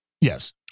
Yes